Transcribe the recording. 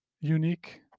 unique